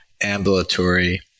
ambulatory